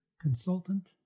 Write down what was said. consultant